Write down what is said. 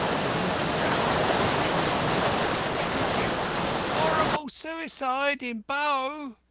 within a few hours the jubilant newsboys were shrieking horrible suicide in bow,